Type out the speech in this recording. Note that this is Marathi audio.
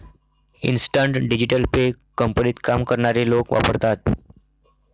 इन्स्टंट डिजिटल पे कंपनीत काम करणारे लोक वापरतात